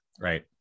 right